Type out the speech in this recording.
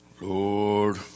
Lord